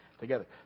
together